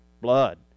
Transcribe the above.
blood